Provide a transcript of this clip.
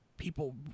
People